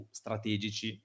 strategici